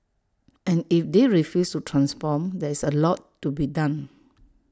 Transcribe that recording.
and if they refuse to transform there's A lot to be done